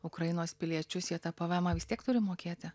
ukrainos piliečius jie tą pėvėemą vis tiek turi mokėti